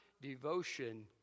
devotion